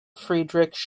friedrich